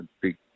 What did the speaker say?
big